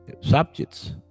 subjects